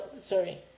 sorry